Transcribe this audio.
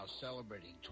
celebrating